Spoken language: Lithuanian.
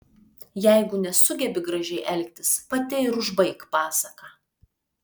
jeigu nesugebi gražiai elgtis pati ir užbaik pasaką